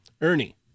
ernie